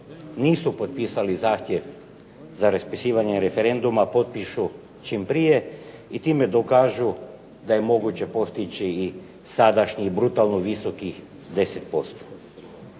nisu potpisali zahtjev za raspisivanje referenduma potpišu čim prije i time dokažu da je moguće postići sadašnjih brutalno visokih 10%.